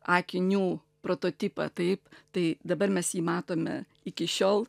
akinių prototipą taip tai dabar mes jį matome iki šiol